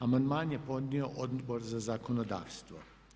Amandman je podnio Odbor za zakonodavstvo.